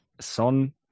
Son